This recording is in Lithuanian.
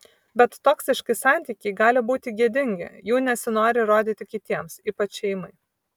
bet toksiški santykiai gali būti gėdingi jų nesinori rodyti kitiems ypač šeimai